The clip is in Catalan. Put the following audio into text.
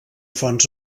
fonts